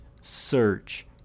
search